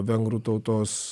vengrų tautos